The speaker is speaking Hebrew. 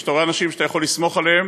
וכשאתה רואה אנשים שאתה יכול לסמוך עליהם,